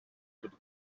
could